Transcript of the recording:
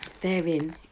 therein